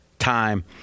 time